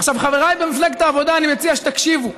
עכשיו, חבריי במפלגת העבודה, אני מציע שתקשיבו: